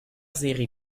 seri